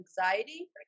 anxiety